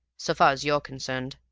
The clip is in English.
so far as you're concerned.